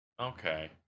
Okay